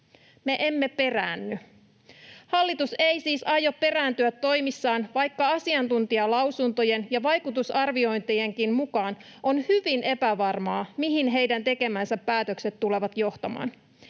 me emme peräänny. Hallitus ei siis aio perääntyä toimissaan, vaikka asiantuntijalausuntojen ja vaikutusarviointijenkin mukaan on hyvin epävarmaa, mihinkä heidän tekemänsä päätökset tulevat johtamaan.